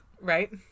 Right